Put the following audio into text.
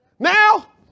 Now